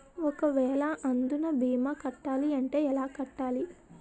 ఒక వేల అందునా భీమా కట్టాలి అంటే ఎలా కట్టాలి?